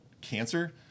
Cancer